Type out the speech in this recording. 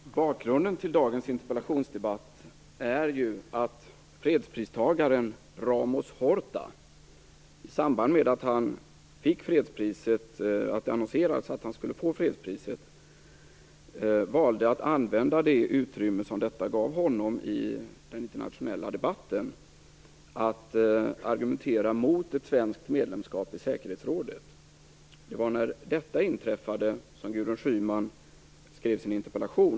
Fru talman! Bakgrunden till dagens interpellationsdebatt är att ju att fredspristagaren Ramos Horta, i samband med att det hade annonserats att han skulle få fredspris, valde att använda det utrymme som detta gav honom i den internationella debatten till att argumentera mot ett svenskt medlemskap i säkerhetsrådet. Det var när detta inträffade som Gudrun Schyman skrev sin interpellation.